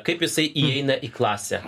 kaip jisai įeina į klasę